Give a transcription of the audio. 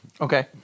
Okay